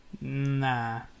nah